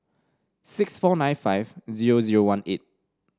six four nine five zero zero one eight